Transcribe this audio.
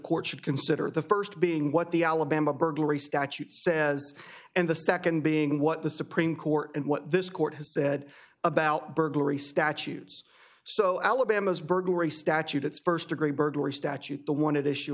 court should consider the st being what the alabama burglary statute says and the nd being what the supreme court and what this court has said about burglary statues so alabama's burglary statute it's st degree burglary statute the wanted issue